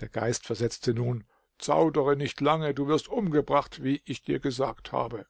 der geist versetzte nun zaudere nicht lange du wirst umgebracht wie ich dir gesagt habe